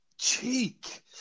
Cheek